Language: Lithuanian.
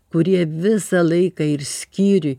kurie visą laiką ir skyriuj